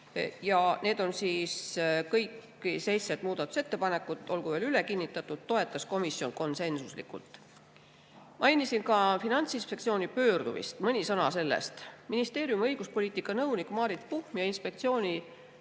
Ja kõiki neid seitset muudatusettepanekut, olgu veel üle kinnitatud, toetas komisjon konsensuslikult. Mainisin ka Finantsinspektsiooni pöördumist. Mõni sõna sellest. Ministeeriumi õiguspoliitika nõunik Maarit Puhm ja Finantsinspektsiooni